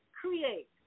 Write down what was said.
create